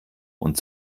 und